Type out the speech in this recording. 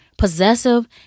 possessive